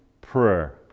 prayer